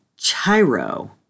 chiro